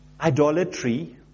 idolatry